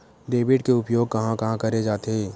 Debit के उपयोग कहां कहा करे जाथे?